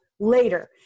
Later